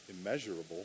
immeasurable